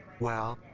well.